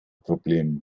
problem